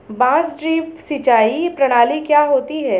बांस ड्रिप सिंचाई प्रणाली क्या होती है?